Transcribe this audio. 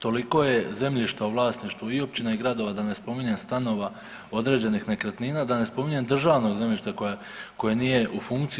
Toliko je zemljišta u vlasništvu i općina i gradova da ne spominjem stanova određenih nekretnina, da ne spominjem državnog zemljišta koje nije u funkciji.